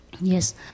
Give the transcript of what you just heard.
yes